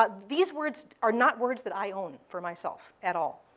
but these words are not words that i own for myself at all.